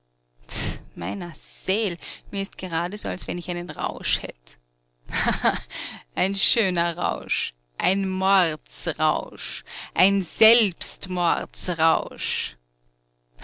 meiner seel mir ist geradeso als wenn ich einen rausch hätt haha ein schöner rausch ein mordsrausch ein